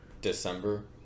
December